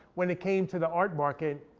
when it came to the art market,